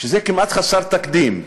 שזה כמעט חסר תקדים.